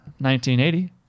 1980